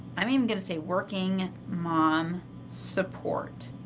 i mean going to say working mom support.